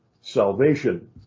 salvation